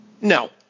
No